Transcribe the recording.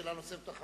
שאלה נוספת.